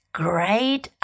great